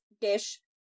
dish